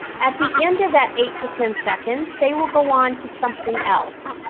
at the end of that eight to ten seconds they will go on to something else.